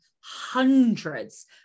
hundreds